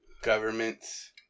Governments